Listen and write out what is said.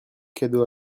cadeau